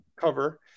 cover